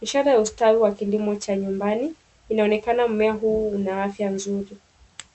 Ishara ya ustawi wa kilimo cha nyumbani cha nyumbani. Inaonekana mmea huu una afya nzuri.